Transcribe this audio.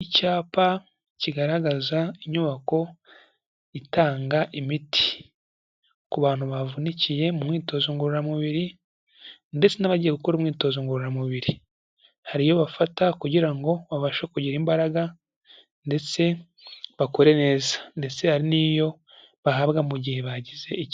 Icyapa kigaragaza inyubako itanga imiti, ku bantu bavunikiye mu myitozo ngororamubiri, ndetse n'abagiye gukora imyitozo ngororamubiri, hari iyo bafata kugira ngo babashe kugira imbaraga, ndetse bakore neza, ndetse hari n'iyo bahabwa mu gihe bagize ikibazo.